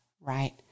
right